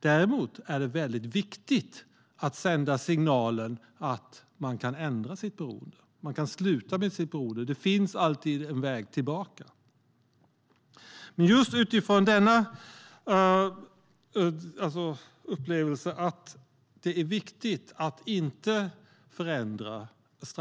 Däremot är det viktigt att sända signalen att man kan sluta med sitt missbruk, att det alltid finns en väg tillbaka.